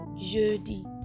Jeudi